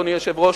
אדוני היושב-ראש,